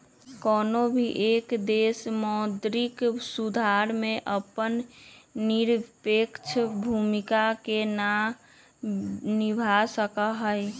कौनो भी एक देश मौद्रिक सुधार में अपन निरपेक्ष भूमिका के ना निभा सका हई